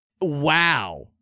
wow